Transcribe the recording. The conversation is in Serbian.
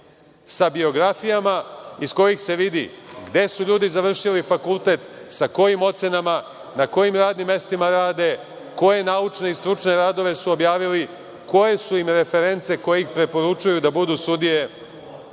sa biografijama iz kojih se vidi gde su ljudi završili fakultet, sa kojim ocenama, na kojim radnim mestima rade, koje naučne i stručne radove su objavili, koje su im reference koje ih preporučuju da budu sudija